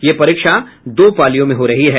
ये परीक्षा दो पालियों में हो रही है